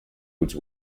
which